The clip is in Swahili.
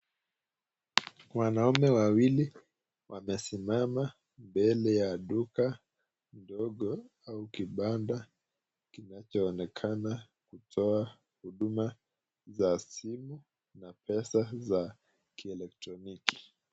Wanaume wawili wamesimama mbele ya duka ndogo au kibanda kinachoonekana kutoa huduma za simu na pesa za kieletroniki.